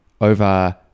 over